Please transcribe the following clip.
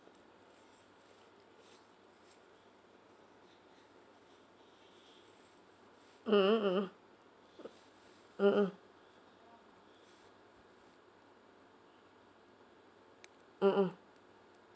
mmhmm mmhmm mmhmm